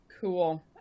Cool